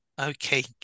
Okay